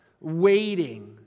waiting